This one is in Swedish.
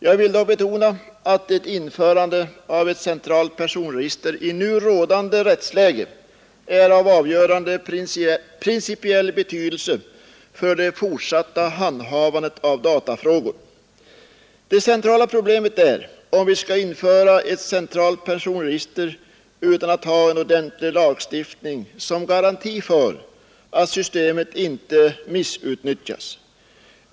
Jag vill då betona att ett införande av ett centralt personregister i nu rådande rättsläge är av avgörande principiell betydelse för det fortsatta handhavandet av datafrågor. Det centrala problemet är om vi skall införa ett centralt personregister utan att ha en ordentlig lagstiftning som garanti för att systemet icke missbrukas.